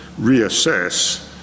reassess